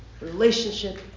relationship